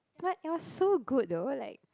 like it was so good though like